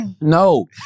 No